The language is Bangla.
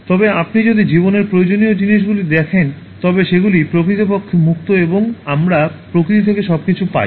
তবে আপনি যদি জীবনের প্রয়োজনীয় জিনিসগুলি দেখেন তবে সেগুলি প্রকৃতপক্ষে মুক্ত এবং আমরা প্রকৃতি থেকে সবকিছু পাই